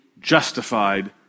justified